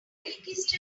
kissed